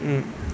mm